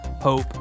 hope